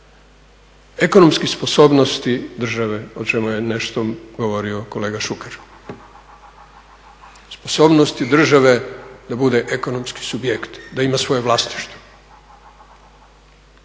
ekonomskih sposobnosti države o čemu je nešto govorio kolega Šuker. Sposobnosti države da bude ekonomski subjekt, da ima svoje vlasništvo.